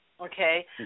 okay